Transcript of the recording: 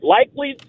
Likely